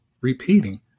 repeating